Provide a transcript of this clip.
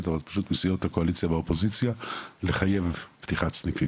אפשר פשוט בסיעות הקואליציה והאופוזיציה לחייב פתיחת סניפים